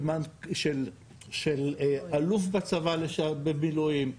של אלוף בצבא במילואים,